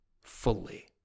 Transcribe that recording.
fully